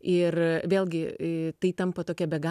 ir vėlgi tai tampa tokia be galo